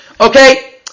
Okay